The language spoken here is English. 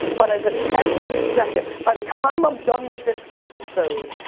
but, as of every second, by the time i'm done with this episode,